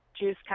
Juice